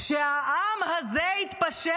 שהעם הזה יתפשר?